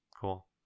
Cool